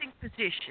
position